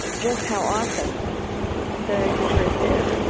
just how awesome the eucharist is